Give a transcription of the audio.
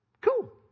cool